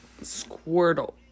Squirtle